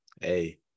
hey